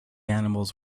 animals